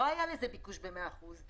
לא היה לזה ביקוש ב-100 אחוזים.